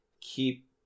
keep